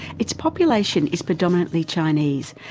its population is predominantly chinese,